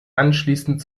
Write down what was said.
anschließend